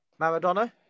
Maradona